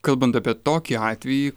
kalbant apie tokį atvejį